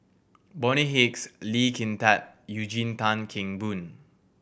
Bonny Hicks Lee Kin Tat Eugene Tan Kheng Boon